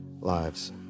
lives